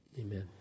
Amen